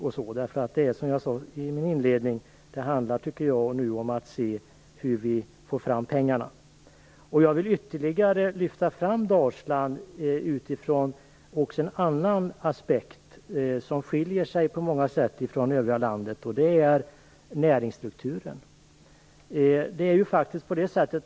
Som jag sade i mitt inledande anförande handlar det nu om att se hur vi får fram pengarna. Jag vill ytterligare lyfta fram Dalsland också ur en annan aspekt, där Dalsland på många sätt skiljer sig från det övriga landet, nämligen när det gäller näringsstrukturen.